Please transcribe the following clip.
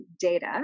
data